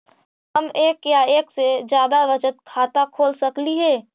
हम एक या एक से जादा बचत खाता खोल सकली हे?